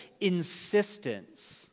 insistence